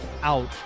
out